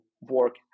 work